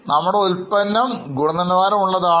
നമ്മുടെ ഉൽപന്നം ഗുണനിലവാരം ഉള്ളതാണ്